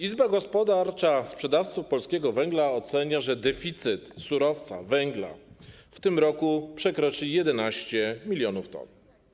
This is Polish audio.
Izba Gospodarcza Sprzedawców Polskiego Węgla ocenia, że deficyt surowca, węgla, w tym roku przekroczy 11 mln t.